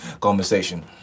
conversation